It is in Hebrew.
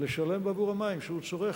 לשלם עבור המים שהוא צורך.